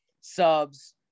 subs